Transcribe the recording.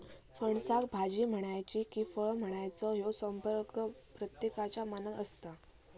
फणसाक भाजी म्हणायची कि फळ म्हणायचा ह्यो संभ्रम प्रत्येकाच्या मनात असता